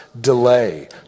delay